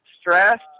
stressed